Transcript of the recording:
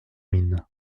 mines